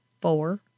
four